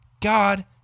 God